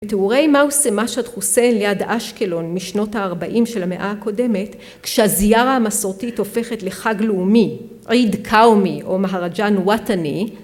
תיאורי מאוסי משת חוסיין ליד אשקלון משנות ה-40 של המאה הקודמת כשהזיירה המסורתית הופכת לחג לאומי, עיד קאומי או מהרג'ן וטני